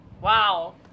Wow